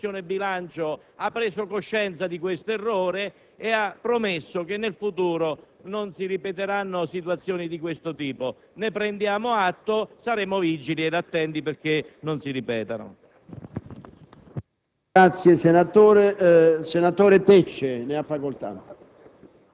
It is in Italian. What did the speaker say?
dobbiamo, però, positivamente dire che il presidente Morando e la maggioranza della Commissione bilancio hanno preso coscienza di questo errore ed hanno promesso che nel futuro non si ripeteranno situazioni di questo tipo. Ne prendiamo atto e saremo rigidi ed attenti perché non si ripetano.